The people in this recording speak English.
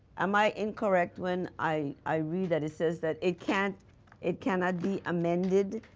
am i incorrect when i i read that it says that it cannot it cannot be amended?